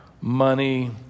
money